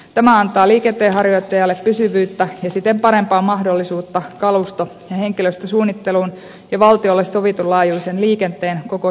tämä antaa liikenteenharjoittajalle pysyvyyttä ja siten parempaa mahdollisuutta kalusto ja henkilöstösuunnitteluun ja valtiolle sovitun laajuisen liikenteen koko sopimuskaudeksi